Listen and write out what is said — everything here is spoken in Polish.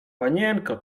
panienko